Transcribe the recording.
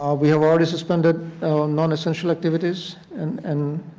ah we have already suspended nonessential activities and and